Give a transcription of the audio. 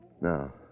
No